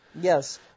Yes